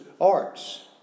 arts